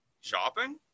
Shopping